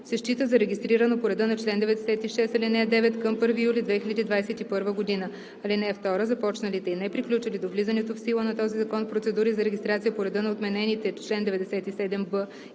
се счита за регистрирано по реда на чл. 96, ал. 9 към 1 юли 2021 г. (2) Започналите и неприключили до влизането в сила на този закон процедури за регистрация по реда на отменените чл. 97б